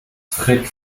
frick